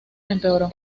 empeoró